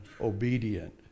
obedient